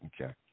okay